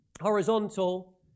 horizontal